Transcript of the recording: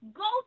go